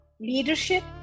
leadership